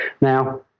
Now